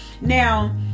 Now